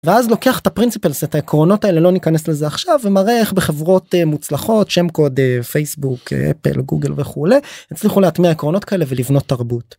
ואז לוקח את הפרינספלס, את העקרונות האלה, לא ניכנס לזה עכשיו, ומראה איך בחברות מוצלחות שם קוד, פייסבוק, אפל, גוגל וכולי, הצליחו להטמיע עקרונות כאלה ולבנות תרבות.